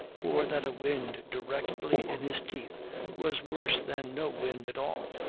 for that a wind directly in his teeth was worse than no wind at all.